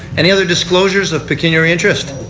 any other disclosures of pecuniary interest?